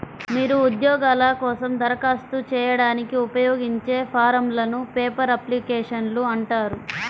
మీరు ఉద్యోగాల కోసం దరఖాస్తు చేయడానికి ఉపయోగించే ఫారమ్లను పేపర్ అప్లికేషన్లు అంటారు